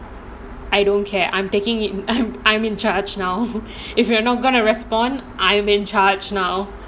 I don't care I'm taking it I'm I'm in charge now if you are not going to respond I'm in charge now